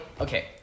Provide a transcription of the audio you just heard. Okay